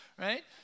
right